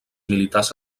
militars